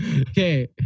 Okay